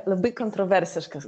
labai kontroversiškas